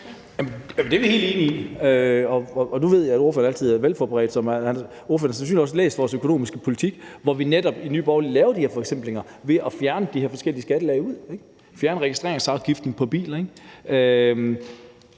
Det er vi helt enige i. Nu ved jeg, at ordføreren altid er velforberedt, så ordføreren har sandsynligvis også læst vores økonomiske politik, hvor vi netop i Nye Borgerlige laver de her forsimplinger ved at fjerne de her forskellige skattelag; fjerne registreringsafgiften på biler,